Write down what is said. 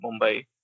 mumbai